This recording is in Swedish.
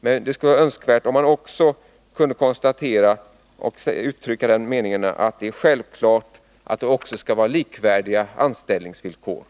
Men han borde också kunna uttrycka den meningen att det är självklart att anställningsvillkoren skall vara likvärdiga.